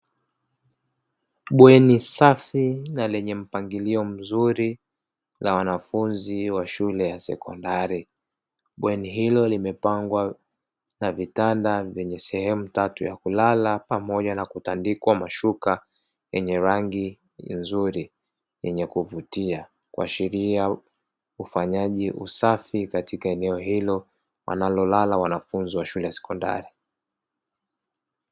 Bweni safi na lenye mpangilio mzuri la wanafunzi wa shule ya sekondari, bweni hilo limepangwa na vitanda vyenye sehemu tatu ya kulala pamoja na kutandikwa mashuka yenye rangi nzuri yenye kuvutia kuashiria ufanyaji usafi katika eneo hilo wanalolala wanafunzi wa shule ya sekondari.